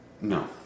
No